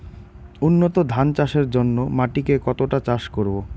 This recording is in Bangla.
উন্নত ধান চাষের জন্য মাটিকে কতটা চাষ করব?